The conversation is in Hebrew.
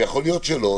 ויכול להיות שלא,